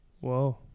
Whoa